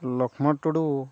ᱞᱚᱠᱷᱢᱚ ᱴᱩᱰᱩ